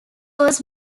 was